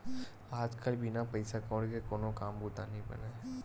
आज कल बिन पइसा कउड़ी के कोनो काम बूता नइ बनय